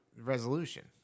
resolution